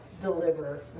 deliver